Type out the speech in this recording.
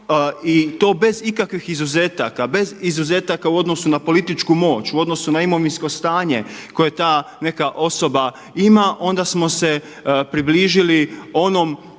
i to bez ikakvih izuzetaka, bez izuzetaka u odnosu na političku moć u odnosu na imovinsko stanje koje ta neka osoba ima, onda smo se približili onom